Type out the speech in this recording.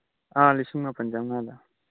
ꯑꯥ ꯂꯤꯁꯤꯡ ꯃꯥꯄꯟ ꯆꯝꯉꯥꯗ